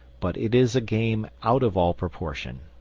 but it is a game out of all proportion.